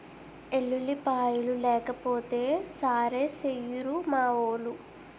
ఎల్లుల్లిపాయలు లేకపోతే సారేసెయ్యిరు మావోలు